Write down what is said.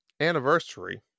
anniversary